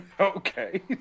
Okay